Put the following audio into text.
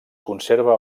conserva